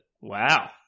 Wow